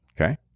Okay